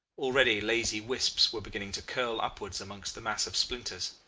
already lazy wisps were beginning to curl upwards amongst the mass of splinters.